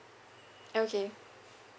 okay